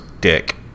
dick